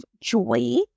joy